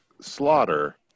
Slaughter